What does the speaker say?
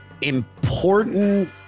important